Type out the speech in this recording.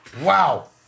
Wow